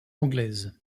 anglaises